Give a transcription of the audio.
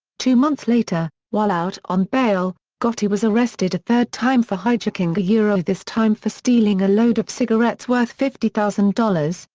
two months later, while out on bail, gotti was arrested a third time for hijacking yeah this time for stealing a load of cigarettes worth fifty thousand dollars,